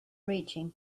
reaching